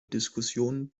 diskussionen